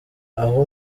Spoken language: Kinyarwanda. aho